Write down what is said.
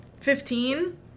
Fifteen